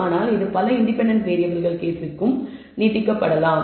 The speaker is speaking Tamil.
ஆனால் இது பல இன்டெபென்டென்ட் வேறியபிள்கள் கேஸுக்கு நீட்டிக்கப்படலாம்